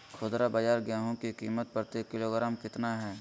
खुदरा बाजार गेंहू की कीमत प्रति किलोग्राम कितना है?